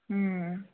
ꯎꯝ